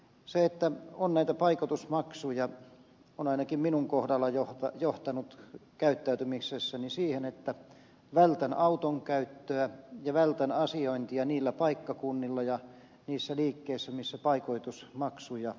se että on näitä paikoitusmaksuja on ainakin minun kohdallani johtanut käyttäytymisessä siihen että vältän auton käyttöä ja vältän asiointia niillä paikkakunnilla ja niissä liikkeissä missä paikoitusmaksuja on